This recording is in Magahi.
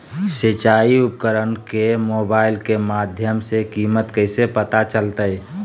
सिंचाई उपकरण के मोबाइल के माध्यम से कीमत कैसे पता चलतय?